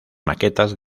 maquetas